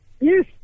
Yes